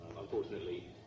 Unfortunately